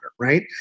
right